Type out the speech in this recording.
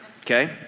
okay